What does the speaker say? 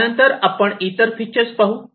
यानंतर आपण इतर फीचर पाहू